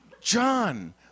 John